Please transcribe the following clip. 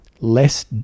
Less